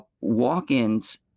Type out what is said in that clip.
Walk-ins